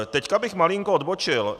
Teď bych malinko odbočil.